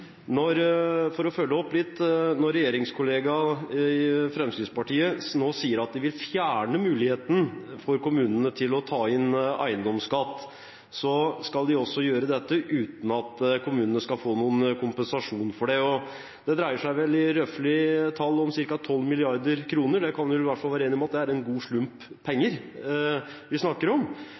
Når regjeringskollega Fremskrittspartiet nå sier at de vil fjerne muligheten for kommunene til å ta inn eiendomsskatt, skal de også gjøre dette uten at kommunene skal få noen kompensasjon for det. Det dreier seg røflig om tall på ca. 12 mrd. kr. Vi kan i hvert fall være enige om at det er en god slump penger vi snakker om.